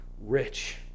rich